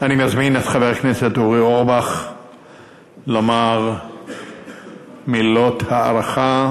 אני מזמין את חבר הכנסת אורי אורבך לומר מילות הערכה,